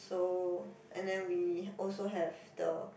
so and then we also have the